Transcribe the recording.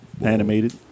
animated